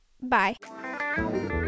bye